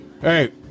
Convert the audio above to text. Hey